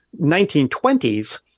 1920s